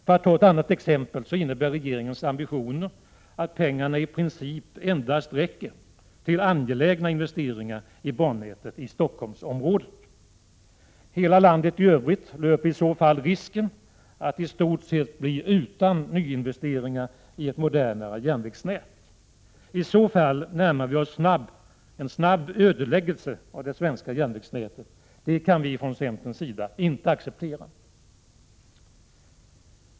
För att ta ett annat exempel så innebär regeringens ambitioner att pengarna i princip endast räcker till angelägna investeringar i bannätet i Stockholmsområdet. Hela landet i övrigt löper i så fall risken att i stort sett bli utan nyinvesteringar i ett modernare järnvägsnät. I så fall närmar vi oss en snabb ödeläggelse av det svenska järnvägsnätet. Det kan vi från centerns sida inte acceptera.